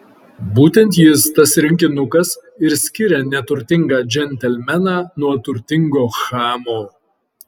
būtent jis tas rinkinukas ir skiria neturtingą džentelmeną nuo turtingo chamo